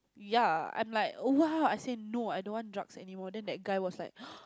ya I'm like !wow! I say no I don't want drugs anymore and that guy was like